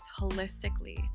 holistically